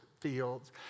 fields